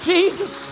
Jesus